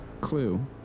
Clue